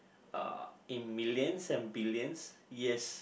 uh in millions and billions yes